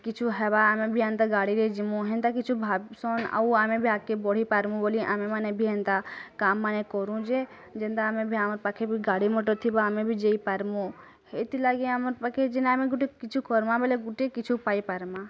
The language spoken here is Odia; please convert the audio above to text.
କିଛୁ ହେବା ଆମେ ବି ଏନ୍ତା ଗାଡ଼ି ରେ ଯିମୁ ହେନ୍ତା କିଛୁ ଭାବ୍ସନ୍ ଆଉ ଆମେ ବି ଆଗ୍କେ ବଢ଼ି ପାରିମୁ ବୋଲି ଆମେ ମାନେ ବି ହେନ୍ତା କାମ ମାନେ କରୁ ଯେ ଯେନ୍ତା ଆମେ ଭି ଆମର୍ ପାଖେ ବି ଗାଡ଼ି ମଟର ଥିବ ଆମେ ବି ଯେଇଁ ପାର୍ମୁ ହେଇଥି ଲାଗି ଆମର୍ ପାଖେ ଯିନ୍ ଆମେ ଗୁଟେ କିଛୁ କର୍ମା ବୋଲେ ଗୁଟେ କିଛୁ ପାଇ ପାର୍ମା